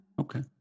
okay